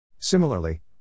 Similarly